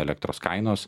elektros kainos